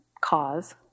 cause